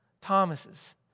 Thomas's